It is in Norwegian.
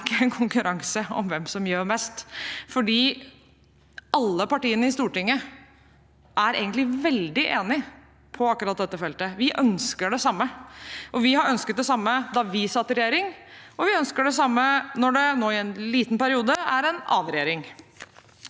dette er ikke en konkurranse om hvem som gjør mest, for alle partiene på Stortinget er egentlig veldig enige om akkurat dette feltet. Vi ønsker det samme. Vi ønsket det samme da vi satt i regjering, og vi ønsker det samme når det nå i en liten periode er en annen regjering.